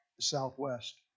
Southwest